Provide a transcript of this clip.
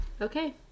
Okay